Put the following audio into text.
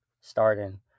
starting